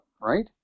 right